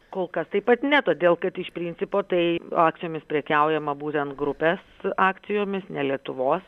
kol kas taip pat ne todėl kad iš principo tai akcijomis prekiaujama būtent grupės akcijomis ne lietuvos